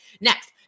Next